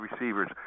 receivers